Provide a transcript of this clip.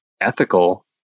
ethical